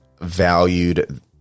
valued